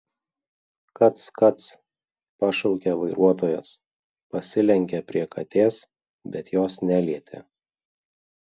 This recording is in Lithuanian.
kac kac pašaukė vairuotojas pasilenkė prie katės bet jos nelietė